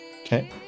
Okay